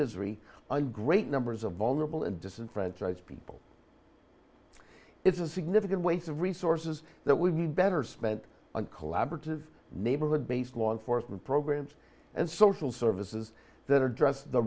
misery and great numbers of vulnerable and disenfranchised people is a significant ways of resources that would be better spent on collaborative neighborhood based law enforcement programs and social services that are dress the